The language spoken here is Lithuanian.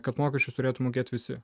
kad mokesčius turėtų mokėt visi